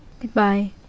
goodbye